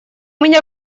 меня